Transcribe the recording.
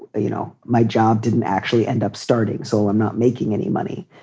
you know, my job didn't actually end up starting. so i'm not making any money.